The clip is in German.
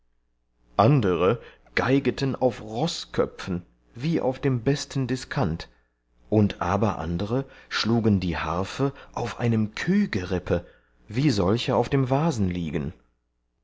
andere geigeten auf roßköpfen wie auf dem besten diskant und aber andere schlugen die harfe auf einem kühgerippe wie solche auf dem wasen liegen